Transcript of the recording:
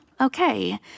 okay